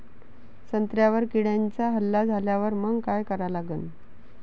संत्र्यावर किड्यांचा हल्ला झाल्यावर मंग काय करा लागन?